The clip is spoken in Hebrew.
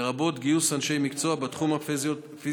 לרבות גיוס אנשי מקצוע בתחום הפסיכותרפיה